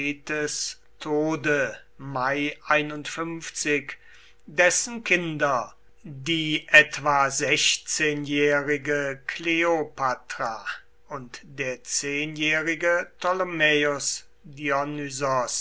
tode dessen kinder die etwa sechzehnjährige kleopatra und der zehnjährige